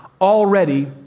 already